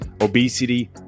obesity